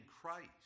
Christ